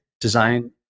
design